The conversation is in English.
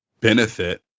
benefit